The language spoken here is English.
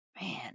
man